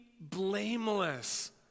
blameless